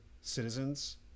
citizens